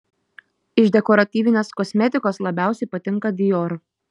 iš dekoratyvinės kosmetikos labiausiai patinka dior